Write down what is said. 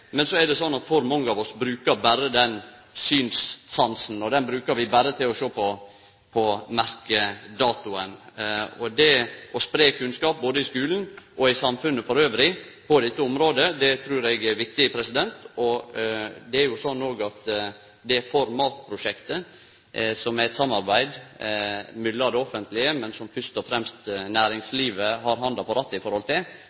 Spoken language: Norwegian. Men mange av oss brukar berre synssansen, og han brukar vi berre til å sjå på merkjedatoen. Det å spreie kunnskap både i skulen og i samfunnet elles på dette området, trur eg er viktig. Det er òg sånn at ForMat-prosjektet, som er eit samarbeid mellom det offentlege og næringslivet, men der fyrst og fremst næringslivet har handa på rattet, gjer veldig mykje bra arbeid innanfor dei konkrete områda som også forslagsstillarane her etterspør. Vi må vere med og bidra til